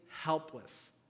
helpless